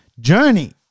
journey